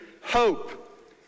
hope